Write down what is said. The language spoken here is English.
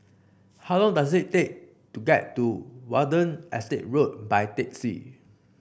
how long does it take to get to Watten Estate Road by taxi